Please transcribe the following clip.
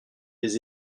des